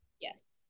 Yes